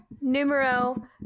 numero